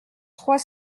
trois